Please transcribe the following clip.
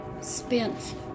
spent